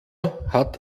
hat